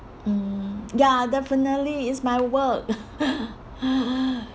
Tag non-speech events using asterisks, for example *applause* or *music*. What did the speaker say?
mm ya definitely it's my work *laughs*